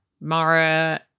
Mara